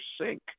sink